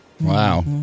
Wow